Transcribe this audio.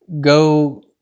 go